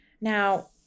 Now